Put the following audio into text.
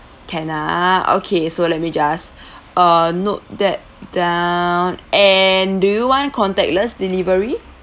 can ah okay so let me just uh note that down and do you want contactless delivery